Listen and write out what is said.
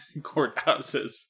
courthouses